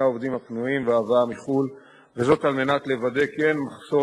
זרים חדשים מחוץ-לארץ בשיעור של עד כ-10% ממספר